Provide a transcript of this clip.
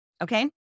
Okay